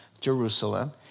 Jerusalem